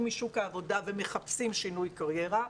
משוק העבודה ומחפשים שינוי קריירה,